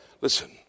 Listen